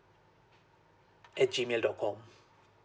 at G mail dot com